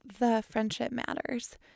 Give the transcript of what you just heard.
thefriendshipmatters